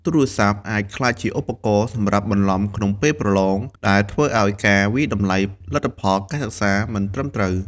ទូរស័ព្ទអាចក្លាយជាឧបករណ៍សម្រាប់បន្លំក្នុងពេលប្រឡង ដែលធ្វើឲ្យការវាយតម្លៃលទ្ធផលសិក្សាមិនត្រឹមត្រូវ។